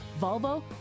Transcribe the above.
Volvo